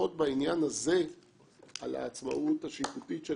לפחות בעניין הזה על העצמאות השיפוטית של